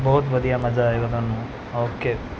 ਬਹੁਤ ਵਧੀਆ ਮਜ਼ਾ ਆਏਗਾ ਤੁਹਾਨੂੰ ਓਕੇ